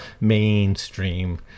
mainstream